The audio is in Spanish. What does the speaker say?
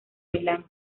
milán